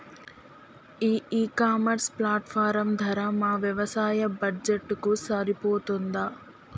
ఈ e commerce platform ధర మా వ్యవసాయ బడ్జెట్ కు సరిపోతుందా?